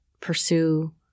pursue